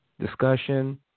discussion